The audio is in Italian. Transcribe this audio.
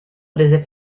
prese